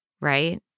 right